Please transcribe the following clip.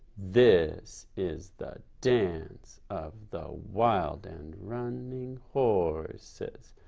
this is the dance of the wild and running horses.